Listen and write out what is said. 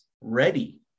ready